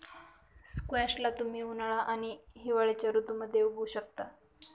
squash ला तुम्ही उन्हाळा आणि हिवाळ्याच्या ऋतूमध्ये उगवु शकता